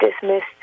dismissed